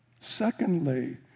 Secondly